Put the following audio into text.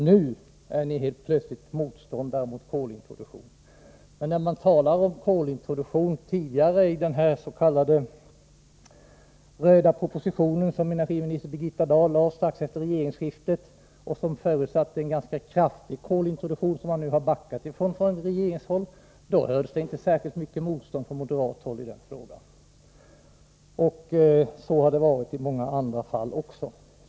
Nu är de helt plötsligt motståndare till kolintroduktion, men när energiminister Birgitta Dahl strax efter regeringsskiftet lade fram den s.k. röda propositionen, vilken förutsatte en ganska kraftig kolintroduktion som regeringen nu har backat ifrån, hördes inte mycket motstånd från moderat håll. Så har det varit i många andra fall också.